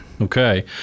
Okay